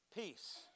Peace